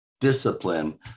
discipline